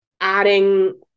adding